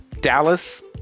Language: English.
Dallas